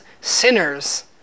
sinners